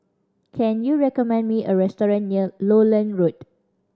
can you recommend me a restaurant near Lowland Road